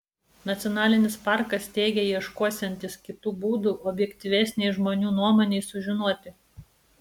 nacionalinis parkas teigia ieškosiantis kitų būdų objektyvesnei žmonių nuomonei sužinoti